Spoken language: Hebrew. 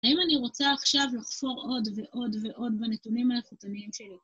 האם אני רוצה עכשיו לחפור עוד ועוד ועוד בנתונים האכותניים שלי?